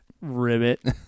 Ribbit